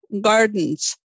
gardens